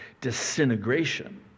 disintegration